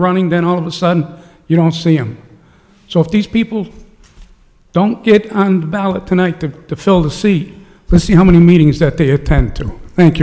running then all of a sudden you don't see them so if these people don't get on the ballot tonight to to fill the seat we'll see how many meetings that they have to thank